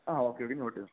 ആ okay okay നോട്ടേയ്തോ